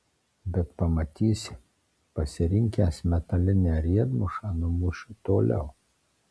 bet pamatysi pasirinkęs metalinę riedmušą numušiu toliau